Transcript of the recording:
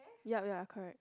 yup ya correct